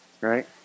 right